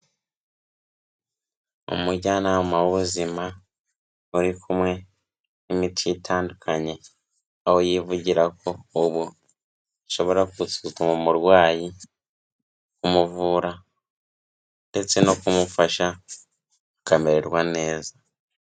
Umujyanama w'ubuzima uri kumwe n'imiti itandukanye, aho yivugira ko ubu ashobora gusuma umurwayi, kumuvura ndetse no kumufasha akamererwa neza.